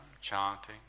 chanting